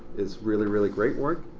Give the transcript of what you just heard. his really, really great work.